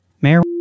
Mayor